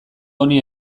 honi